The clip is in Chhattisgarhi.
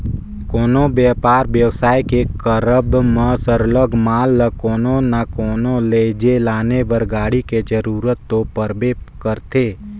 कोनो बयपार बेवसाय के करब म सरलग माल ल कोनो ना कोनो लइजे लाने बर गाड़ी के जरूरत तो परबे करथे